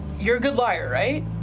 you're a good liar, right?